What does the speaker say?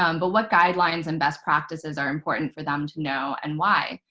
um but what guidelines and best practices are important for them to know and why?